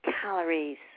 calories